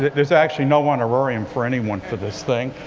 there's actually no honorarium for anyone for this thing.